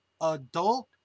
adult